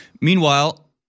Meanwhile